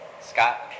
Scott